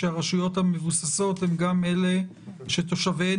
שהרשויות המבוססות הן גם אלה שתושביהן